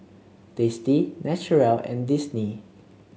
Tasty Naturel and Disney